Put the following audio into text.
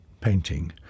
painting